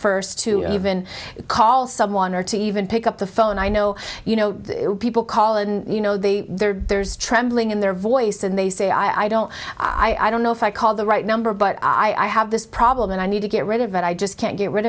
first to even call someone or to even pick up the phone i know you know people call and you know they there's trembling in their voice and they say i don't i don't know if i call the right number but i have this problem and i need to get rid of that i just can't get rid